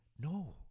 no